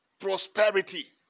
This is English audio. Prosperity